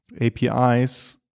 apis